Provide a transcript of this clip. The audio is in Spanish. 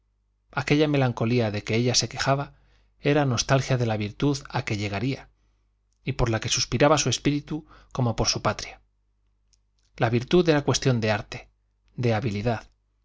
aquella melancolía de que ella se quejaba era nostalgia de la virtud a que llegaría y por la que suspiraba su espíritu como por su patria la virtud era cuestión de arte de habilidad